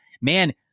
man